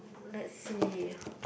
let's see